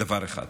דבר אחד,